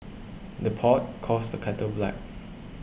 the pot calls the kettle black